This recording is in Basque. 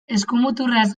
eskumuturraz